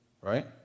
Right